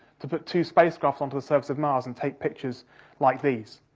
to put two spacecraft onto the surface of mars and take pictures like these.